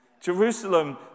Jerusalem